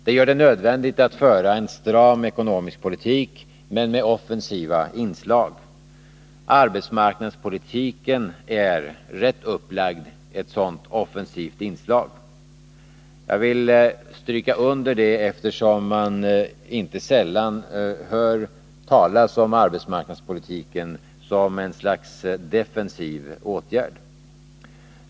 Det är alltså nödvändigt att föra en stram ekonomisk politik med offensiva inslag. Arbetsmarknadspolitiken är rätt upplagd ett sådant offensivt inslag. Jag vill stryka under det, eftersom man inte sällan hör talas om arbetsmarknadspolitiken som ett slags defensiv åtgärd.